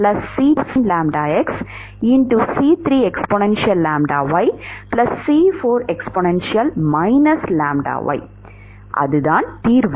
அதுதான் தீர்வு